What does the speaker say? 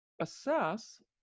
assess